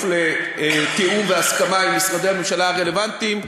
לתיאום והסכמה עם משרדי הממשלה הרלוונטיים,